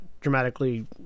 dramatically